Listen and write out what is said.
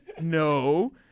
No